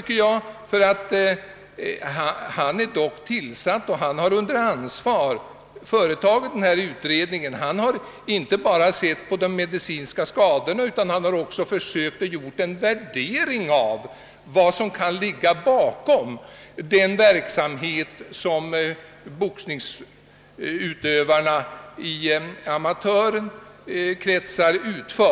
ty utredaren är dock tillsatt för att under ansvar företa denna undersökning. Han har inte bara sett på de medicinska skadorna, utan också försökt göra en värdering av vad som kan ligga bakom den verksamhet som boxningsutövarna i amatörkretsar ägnar sig